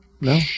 No